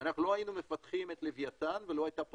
לא היינו מפתחים את לווייתן ולא הייתה פה